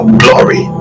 glory